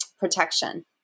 protection